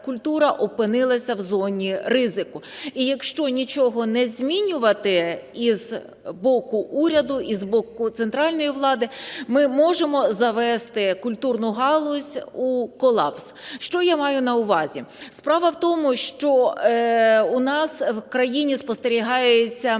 культура опинилися в зоні ризику. І якщо нічого не змінювати і з боку уряду, і з боку центральної влади, ми можемо завезти культурну галузь у колапс. Що я маю на увазі. Справа в тому, що у нас в країні спостерігається